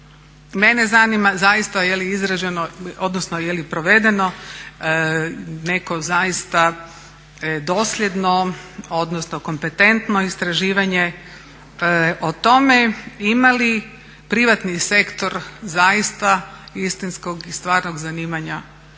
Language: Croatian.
Mene zanima zaista je li izrađeno odnosno je li provedeno neko zaista dosljedno odnosno kompetentno istraživanje o tome ima li privatni sektor zaista istinskog i stvarnog zanimanja